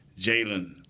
Jalen